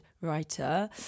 writer